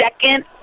second